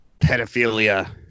pedophilia